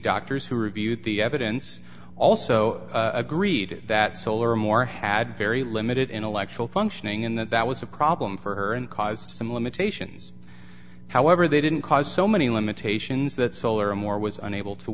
doctors who reviewed the evidence also agreed that solar and more had very limited intellectual functioning in that that was a problem for her and caused some limitations however they didn't cause so many limitations that solar more was unable to